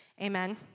amen